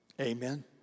Amen